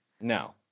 No